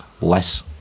less